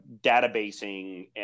databasing